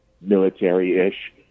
military-ish